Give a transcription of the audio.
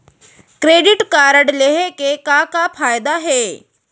Credit card लेहे के का का फायदा हे?